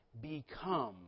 become